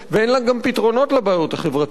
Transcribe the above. ואין לה גם פתרונות לבעיות החברתיות.